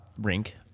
rink